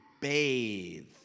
bathe